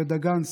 בבית דגן,